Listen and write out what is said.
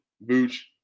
Booch